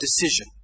decision